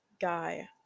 guy